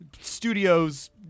studios